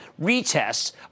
retests